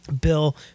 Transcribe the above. Bill